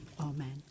Amen